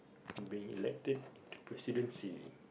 being elected to presidency